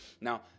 Now